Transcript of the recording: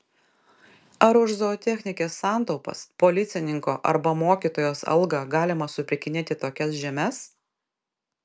ar už zootechnikės santaupas policininko arba mokytojos algą galima supirkinėti tokias žemes